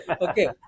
Okay